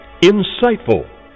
insightful